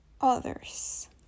others